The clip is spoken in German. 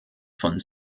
von